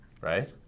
right